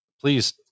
please